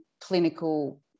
clinical